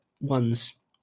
ones